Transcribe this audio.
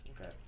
Okay